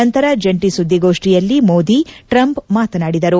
ನಂತರ ಜಂಟಿ ಸುದ್ಗೋಷ್ಡಿಯಲ್ಲಿ ಮೋದಿ ಟ್ರಂಪ್ ಮಾತನಾದಿದರು